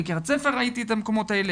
בקרית ספר ראיתי את הדברים האלה,